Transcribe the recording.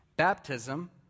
Baptism